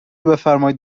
بفرمائید